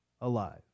Alive